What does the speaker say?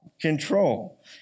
control